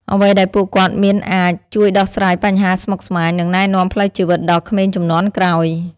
អ្វីដែលពួកគាត់មានអាចជួយដោះស្រាយបញ្ហាស្មុគស្មាញ និងណែនាំផ្លូវជីវិតដល់ក្មេងជំនាន់ក្រោយ។